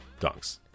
dunks